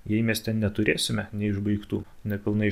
jei mieste neturėsime neišbaigtų nepilnai